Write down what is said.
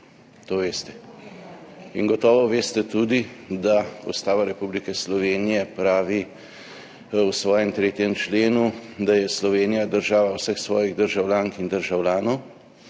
to veste. In gotovo veste tudi, da Ustava Republike Slovenije pravi v svojem 3. členu, da je Slovenija država vseh svojih državljank in državljanov,